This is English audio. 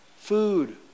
food